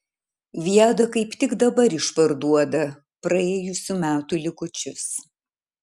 viada kaip tik dabar išparduoda praėjusių metų likučius